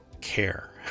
care